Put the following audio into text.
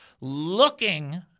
looking